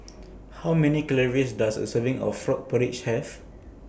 How Many Calories Does A Serving of Frog Porridge Have